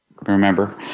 remember